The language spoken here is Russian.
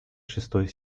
шестой